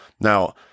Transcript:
Now